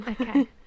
Okay